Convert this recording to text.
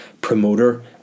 promoter